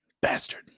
Bastard